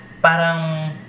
parang